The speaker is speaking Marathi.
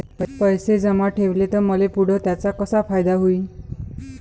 पैसे जमा ठेवले त मले पुढं त्याचा कसा फायदा होईन?